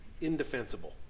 indefensible